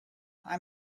i’m